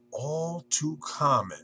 all-too-common